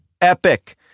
epic